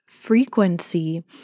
frequency